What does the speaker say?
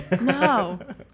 No